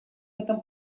этом